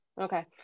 Okay